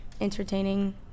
entertaining